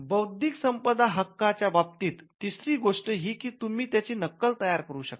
बौद्धिक संपदा हक्का च्या बाबतीत तिसरी गोष्ट ही की तुम्ही त्याची नक्कल तयार करू शकता